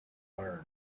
learn